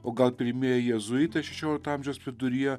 o gal pirmieji jėzuitai šešiolikto amžiaus viduryje